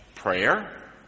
Prayer